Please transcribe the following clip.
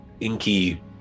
inky